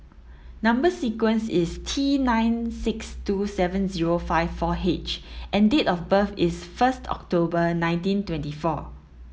number sequence is T nine six two seven zero five four H and date of birth is first October nineteen twenty four